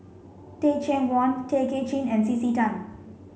Teh Cheang Wan Tay Kay Chin and C C Tan